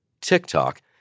TikTok